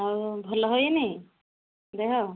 ଆଉ ଭଲ ହୋଇନି ଦେହ